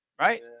right